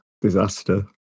Disaster